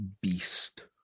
beast